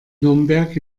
nürnberg